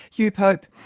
hugh pope.